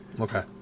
Okay